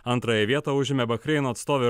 antrąją vietą užėmė bahreino atstovė